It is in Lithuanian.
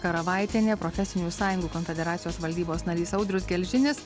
karavaitienė profesinių sąjungų konfederacijos valdybos narys audrius gelžinis